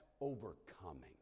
overcoming